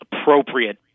appropriate